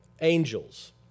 angels